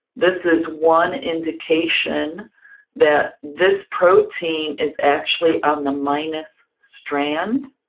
this is one indication that this protein is actually on the minus strand.